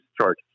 charges